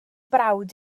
brawd